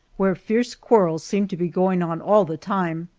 where fierce quarrels seemed to be going on all the time.